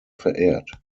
verehrt